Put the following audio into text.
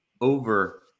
over